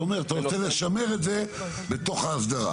אתה אומר שאתה רוצה לשמר את זה בתוך ההסדרה.